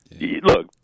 Look